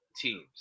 teams